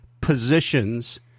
positions